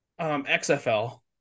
XFL